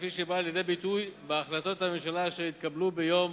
כפי שבאה לידי ביטוי בהחלטות הממשלה אשר התקבלו ביום